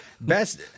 Best